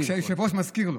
כשהיושב-ראש מזכיר לו.